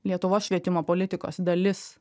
lietuvos švietimo politikos dalis